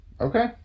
okay